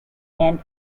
and